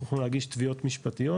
אנחנו יכולים להגיש תביעות משפטיות,